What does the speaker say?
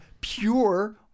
pure